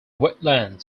wetland